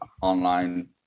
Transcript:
online